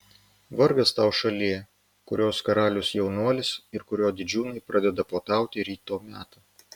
vargas tau šalie kurios karalius jaunuolis ir kurios didžiūnai pradeda puotauti ryto metą